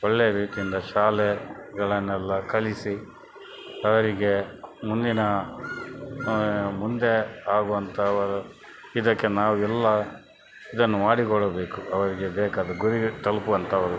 ಒಳ್ಳೆಯ ರೀತಿಯಿಂದ ಶಾಲೆಗಳನ್ನೆಲ್ಲ ಕಲಿಸಿ ಅವರಿಗೆ ಮುಂದಿನ ಮುಂದೆ ಆಗುವಂಥವರು ಇದಕ್ಕೆ ನಾವು ಎಲ್ಲ ಇದನ್ನು ಮಾಡಿಕೊಡಬೇಕು ಅವರಿಗೆ ಬೇಕಾದ ಗುರಿ ತಲುಪುವಂತಹ ಒಂದು